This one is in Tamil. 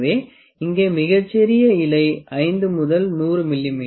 எனவே இங்கே மிகச்சிறிய இலை 5 முதல் 100 மி